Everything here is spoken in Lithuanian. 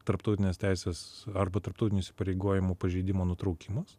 tarptautinės teisės arba tarptautinių įsipareigojimų pažeidimo nutraukimas